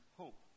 hope